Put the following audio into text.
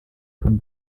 von